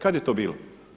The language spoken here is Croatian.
Kada je to bilo.